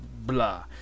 blah